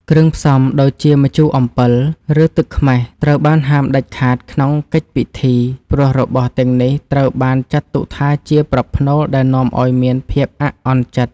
គ្រឿងផ្សំដូចជាម្ជូរអំពិល ឬទឹកខ្មេះត្រូវបានហាមដាច់ខាតក្នុងកិច្ចពិធី ព្រោះរបស់ទាំងនេះត្រូវបានចាត់ទុកថាជាប្រផ្នូលដែលនាំឱ្យមានភាពអាក់អន់ចិត្ត។